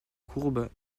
courbe